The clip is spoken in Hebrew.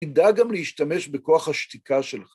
תדאג גם להשתמש בכוח השתיקה שלך.